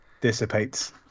dissipates